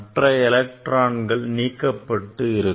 மற்ற எலக்ட்ரான்கள் நீக்கப்பட்டு இருக்கும்